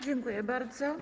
Dziękuję bardzo.